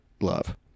love